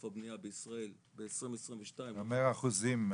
הבנייה בישראל ב-2022 --- מאה אחוזים,